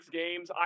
games